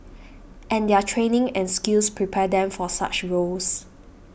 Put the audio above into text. and their training and skills prepare them for such roles